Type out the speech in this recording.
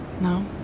no